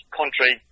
country